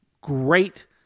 great